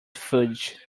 fudge